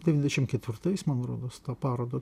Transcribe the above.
devyniasdešimt ketvirtais man rodos tą parodą